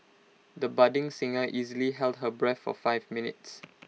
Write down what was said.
the budding singer easily held her breath for five minutes